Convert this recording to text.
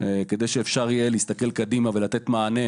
כדי שאפשר יהיה להסתכל קדימה ולתת מענה